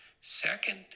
Second